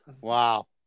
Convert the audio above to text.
Wow